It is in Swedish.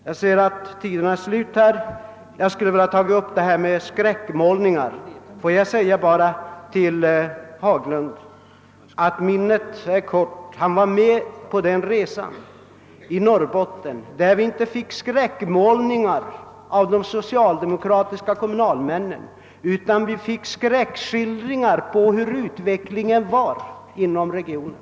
Jag ser att repliktiden är slut, men jag skulle vilja bemöta vad herr Haglund sade om skräckmålningar. Minnet sviker snabbt för honom, men han var med på den resa i Norrbotten där socialdemokratiska kommunalmän <redogjorde för förhållandena och där vi i stället fick skräckskildringar om utvecklingen i kommunblocken.